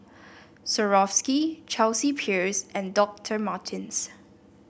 Swarovski Chelsea Peers and Doctor Martens